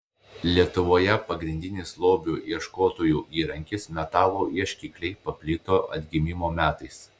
lietuvoje pagrindinis lobių ieškotojų įrankis metalo ieškikliai paplito atgimimo metais